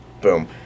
Boom